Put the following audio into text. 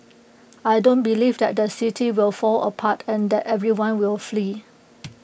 I don't believe that the city will fall apart and that everyone will flee